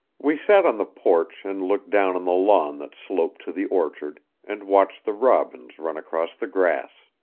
we sat on the porch and looked down on the lawn that sloped to the orchard, and watched the robins run across the grass.